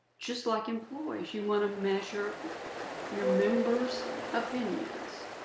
just like employees, you want to measure your members' opinions.